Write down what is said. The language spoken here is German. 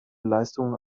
leistungen